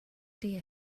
idea